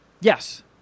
yes